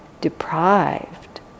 deprived